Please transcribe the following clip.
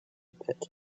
pit